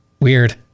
Weird